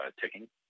ticking